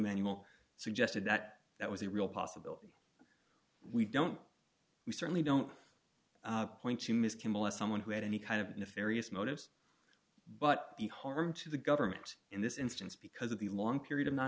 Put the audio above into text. manual suggested that that was a real possibility we don't we certainly don't point to ms kimmel as someone who had any kind of nefarious motives but the harm to the government in this instance because of the long period of non